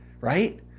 right